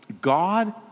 God